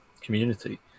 community